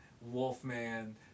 Wolfman